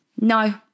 no